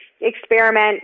experiment